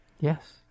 Yes